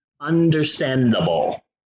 Understandable